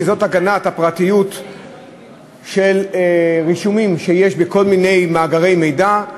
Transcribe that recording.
שהוא הגנת הפרטיות של רישומים שיש בכל מיני מאגרי מידע.